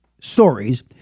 stories